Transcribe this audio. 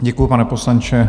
Děkuji, pane poslanče.